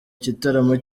gitaramo